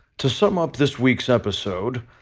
to sum up this week's episode,